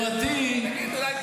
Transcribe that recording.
עברתי ליד משרדך,